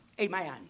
amen